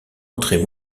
entrée